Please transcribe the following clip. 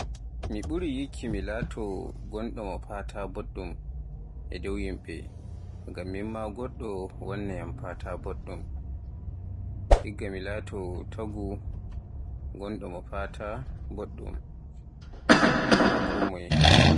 Mi ɓuri yikki mi laato mo faata boɗɗun e dow yimɓe ngam min ma goɗɗo wanna Yan faata boɗɗun, igga mi laato taagu mo fata boɗɗun ga ko miye.